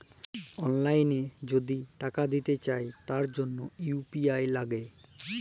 অললাইল যদি টাকা দিতে চায় তার জনহ ইউ.পি.আই লাগে